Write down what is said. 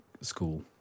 school